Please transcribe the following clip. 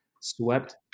swept